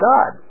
God